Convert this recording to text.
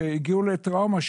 שהגיעו לטראומה,